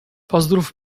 pozdrów